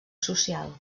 social